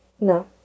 no